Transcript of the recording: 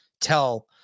tell